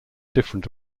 different